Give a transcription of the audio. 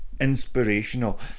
inspirational